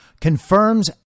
confirms